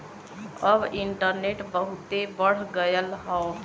अब इन्टरनेट बहुते बढ़ गयल हौ